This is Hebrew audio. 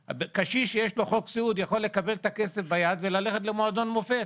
קשיש שיש לו חוק סיעוד יכול לקבל את הכסף ביד וללכת למועדון מופת.